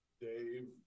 Dave